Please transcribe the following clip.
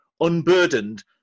unburdened